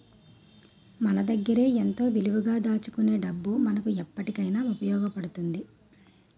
మన దగ్గరే ఎంతో విలువగా దాచుకునే డబ్బు మనకు ఎప్పటికైన ఉపయోగపడుతుంది